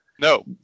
No